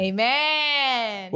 Amen